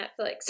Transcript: Netflix